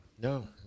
No